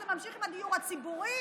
וזה ממשיך עם הדיור הציבורי,